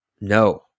No